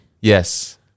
Yes